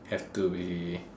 have to be